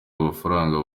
amafaranga